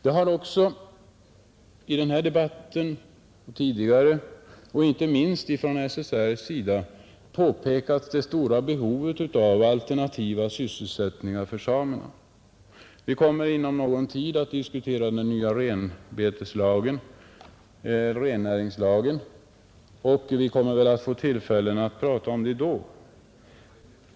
Man har tidigare i debatten och inte minst från Svenska Samers Riksförbunds sida pekat på det stora behovet av alternativa sysselsättningar för samerna. Vi kommer inom någon tid att diskutera den nya rennäringslagen och får väl tillfälle att prata om detta då.